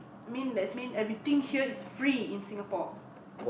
I mean that means everything here is free in Singapore